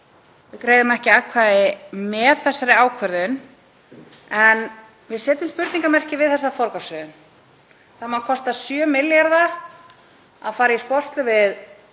Við greiðum ekki atkvæði með þessari ákvörðun og við setjum spurningarmerki við þessa forgangsröðun. Það má kosta 7 milljarða að fara í sporslur við